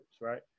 right